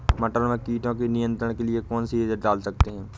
मटर में कीटों के नियंत्रण के लिए कौन सी एजल डाल सकते हैं?